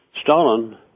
Stalin